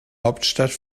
hauptstadt